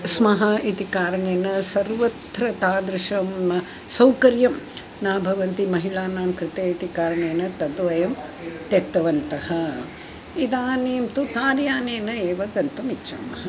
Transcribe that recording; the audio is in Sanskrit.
स्मः इति कारणेन सर्वत्र तादृशं सौकर्यं न भवति महिलानां कृते इति कारणेन ततो वयं त्यक्तवन्तः इदानीं तु कार्यानेन एव गन्तुम् इच्छामः